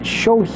show